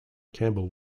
campbell